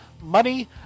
money